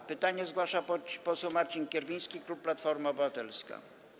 Z pytaniem zgłasza się poseł Marcin Kierwiński, klub Platforma Obywatelska.